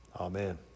Amen